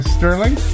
Sterling